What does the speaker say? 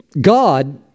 God